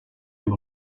amb